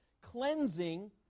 cleansing